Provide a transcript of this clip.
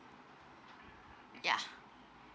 ya